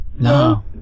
No